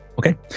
Okay